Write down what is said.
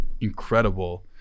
incredible